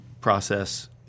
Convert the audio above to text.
process